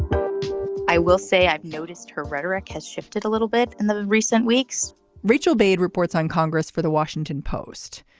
i will say i've noticed her rhetoric has shifted a little bit in the recent weeks rachel obaid reports on congress for the washington post.